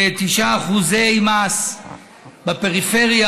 9% מס בפריפריה